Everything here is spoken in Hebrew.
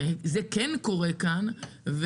שזה כן קורה כאן,